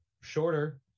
shorter